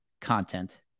content